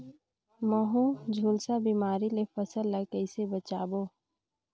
महू, झुलसा बिमारी ले फसल ल कइसे बचाबो?